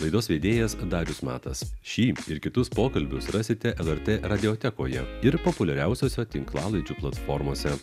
laidos vedėjas darius matas šį ir kitus pokalbius rasite lrt radiotekoje ir populiariausiose tinklalaidžių platformose